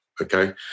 okay